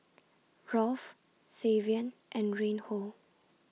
Rolf Savion and Reinhold